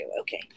okay